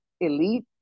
elite